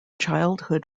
childhood